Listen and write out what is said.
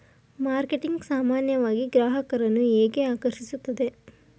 Marketing ಸಾಮಾನ್ಯವಾಗಿ ಗ್ರಾಹಕರನ್ನು ಹೇಗೆ ಆಕರ್ಷಿಸುತ್ತದೆ?